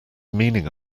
meaning